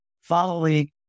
following